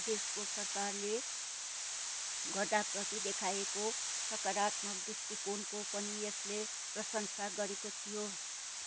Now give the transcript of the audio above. देशको सरकारले गधाप्रति देखाएको सकारात्मक दृष्टिकोणको पनि यसले प्रशंसा गरेको थियो